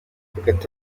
hagati